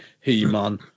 he-man